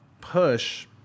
push